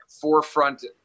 forefront